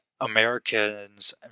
Americans